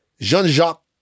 Jean-Jacques